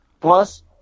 Plus